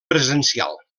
presencial